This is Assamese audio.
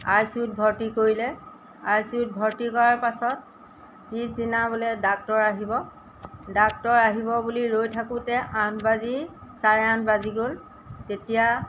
আই চি ইউত ভৰ্তি কৰিলে আই চি ইউত ভৰ্তি কৰাৰ পাছত পিছদিনা বোলে ডাক্টৰ আহিব ডাক্টৰ আহিব বুলি ৰৈ থাকোঁতে আঠবাজি চাৰে আঠ বাজি গ'ল তেতিয়া